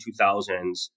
2000s